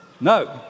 No